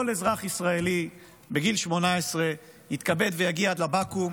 כל אזרח ישראלי בגיל 18 יתכבד ויגיע עד לבקו"ם.